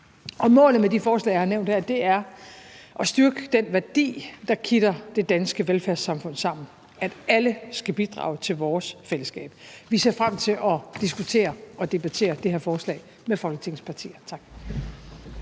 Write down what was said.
nævnt her, er at styrke den værdi, der kitter det danske velfærdssamfund sammen; det er, at alle skal bidrage til vores fællesskab. Vi ser frem til at diskutere og debattere det her forslag med Folketingets partier.